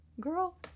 girl